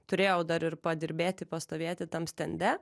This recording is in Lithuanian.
turėjau dar ir padirbėti pastovėti tam stende